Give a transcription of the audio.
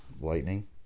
Lightning